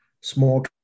small